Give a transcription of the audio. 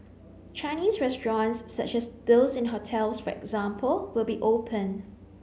Chinese restaurants such as those in hotels for example will be open